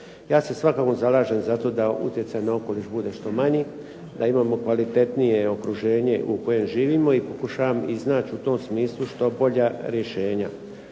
Ja se svakako zalažem zato da utjecaj na okoliš bude što manji, da imamo kvalitetnije okruženje u kojem živimo i pokušavam iznaći u tom smislu što bolja rješenja.